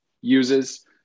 uses